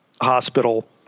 hospital